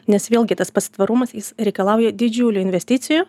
nes vėlgi tas pats tvarumas jis reikalauja didžiulių investicijų